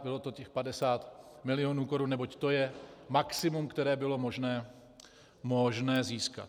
Bylo to těch 50 milionů korun, neboť to je maximum, které bylo možné získat.